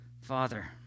Father